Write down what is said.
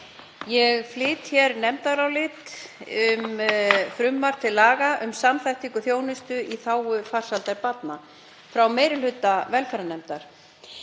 Ég flyt hér nefndarálit um frumvarp til laga um samþættingu þjónustu í þágu farsældar barna frá meiri hluta velferðarnefndar.